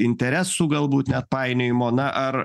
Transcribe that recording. interesų galbūt net painiojimo na ar